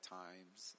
times